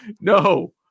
no